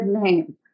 name